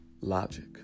logic